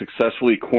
successfully